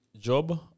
job